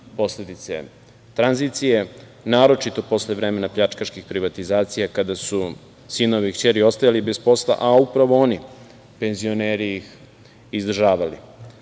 posledice tranzicije, naročito posle vremena pljačkaških privatizacija, kada su sinovi i kćeri ostajali bez posla, a upravo oni, penzioneri ih izdržavali. Danas